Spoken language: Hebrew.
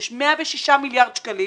יש 106 מיליארד שקלים